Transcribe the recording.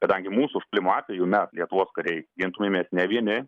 kadangi mūsų užpuolimo atveju mes lietuvos kariai gintumėmės ne vieni